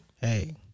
Hey